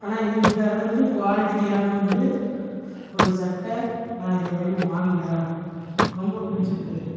ஆனால் இந்தளவுக்கு குவாலிட்டியான வந்து ஒரு சட்டை நான் இது வரையிலும் வாங்கலை ரொம்ப பிடிச்சிருக்கு